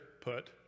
put